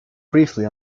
briefly